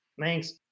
Thanks